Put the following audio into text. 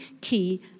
key